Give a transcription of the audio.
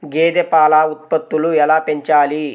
గేదె పాల ఉత్పత్తులు ఎలా పెంచాలి?